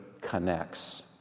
connects